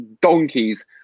donkeys